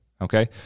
okay